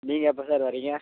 நீங்கள் எப்போ சார் வர்றீங்க